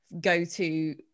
go-to